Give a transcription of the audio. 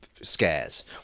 scares